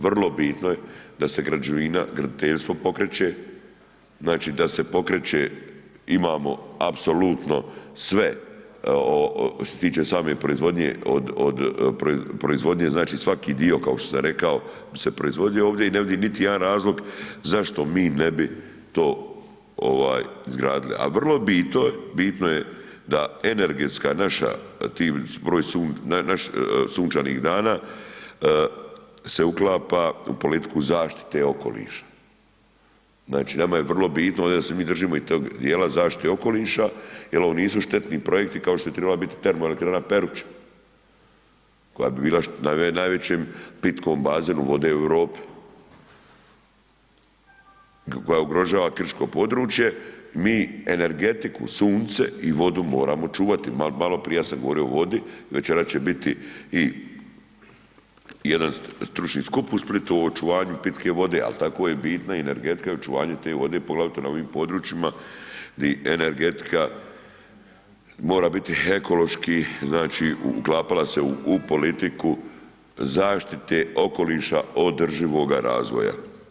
Vrlo bitno je da se građevina, graditeljstvo pokreće, znači da se pokreće, imamo apsolutno sve što se tiče sam proizvodnje, znači svaki dio kao što sam rekao bis e proizvodio ovdje i ne vidim niti jedan razlog zašto mi ne bi to izgradili a vrlo je bitno da energetska naša, naših sunčanih dana se uklapa u politiku zaštitu okoliša, znači nama je vrlo bitno ovdje da se mi držimo i tog djela zaštite okoliša jer ovo nisu štetni projekti kao što je trebala biti termoelektrana na Peruči koja je bila najvećem pitkom bazenu u vode u Europi, koja ugrožava krško područje, mi energetiku, sunce i vodu moramo čuvati, maloprije ja sam govorio o vodi, večeras će biti i jedan stručni skup u Splitu o očuvanju pitke vode ali tako je bitna i energetika i očuvanje te vode poglavito na ovim područjima di energetika mora biti ekološki znači uklapala se u politiku zaštite okoliša održivoga razvoja.